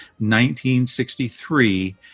1963